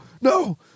no